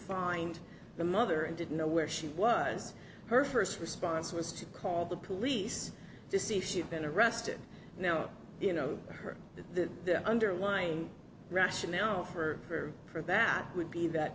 find the mother and didn't know where she was her first response was to call the police to see if she'd been arrested now you know her the underlying rationale for her for that would be that